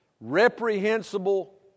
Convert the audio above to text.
reprehensible